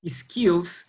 skills